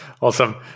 Awesome